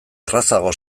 errazago